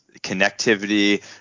connectivity